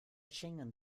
schengen